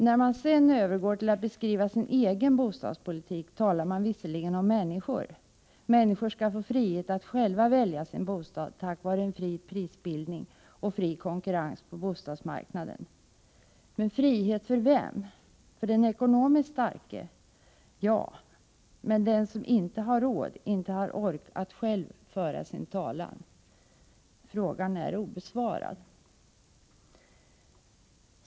När man sedan övergår till att beskriva sin egen bostadspolitik talar man visserligen om människor: människor skall få möjlighet att själva välja sin bostad tack vare fri prisbildning och konkurrens på bostadsmarknaden. Men frihet för vem, för den ekonomiskt starke? Ja, men hur blir det för den som inte har råd eller som inte har kraft att själv föra sin talan? Frågan är obesvarad.